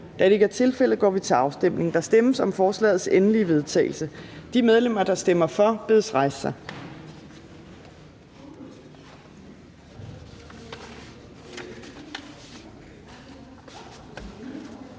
Fjerde næstformand (Trine Torp): Der stemmes om forslagets endelige vedtagelse. De medlemmer, der stemmer for, bedes rejse sig.